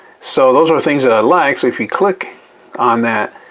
so those are things that i like. so if you click on that,